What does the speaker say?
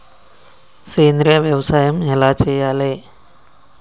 సేంద్రీయ వ్యవసాయం ఎలా చెయ్యాలే?